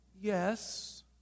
Yes